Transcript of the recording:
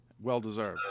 Well-deserved